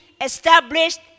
established